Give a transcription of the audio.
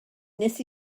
nes